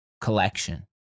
collection